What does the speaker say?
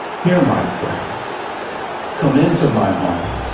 hear my prayer come into my heart